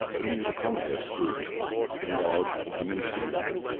only the congress could enlarge or diminish the union,